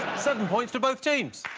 sudden points to both teams